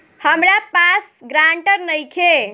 हमरा पास ग्रांटर नइखे?